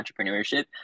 entrepreneurship